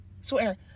Swear